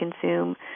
consume